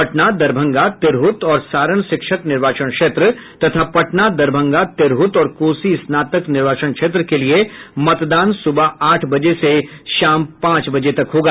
पटना दरभंगा तिरहुत और सारण शिक्षक निर्वाचन क्षेत्र तथा पटना दरभंगा तिरहत और कोसी स्नातक निर्वाचन क्षेत्र के लिए मतदान सुबह आठ बजे से शाम पांच बजे तक होगा